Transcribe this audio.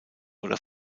oder